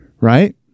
Right